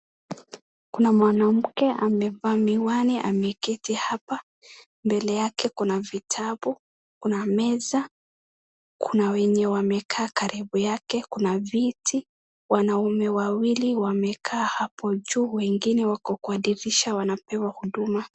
Kuna mwanamke amevaa miwani ameketi hapa. Mbele yake kuna vitabu, kuna meza, kuna wenye wamekaa karibu yake, kuna viti. Wanaume wawili wamekaa hapo juu, wengine wako kwa dirisha wanapewa huduma.